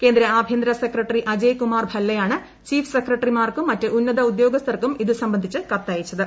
കേന്ദ്ര ആഭ്യന്തര സെക്രട്ടറി അജയ്കുമാർ ഭല്ലയാണ് ചീഫ് സെക്രട്ടറിമാർക്കും മറ്റ് ഉന്നത ഉദ്യോഗസ്ഥർക്കും ഇതുസംബന്ധിച്ച് കത്തയച്ചത്